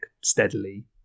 steadily